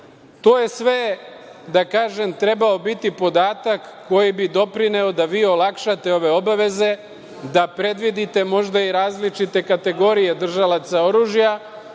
To je sve, da kažem, trebalo biti podatak koji bi doprineo da vi olakšate ove obaveze, da predvidite možda i različite kategorije držalaca oružja